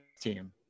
team